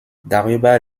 darüber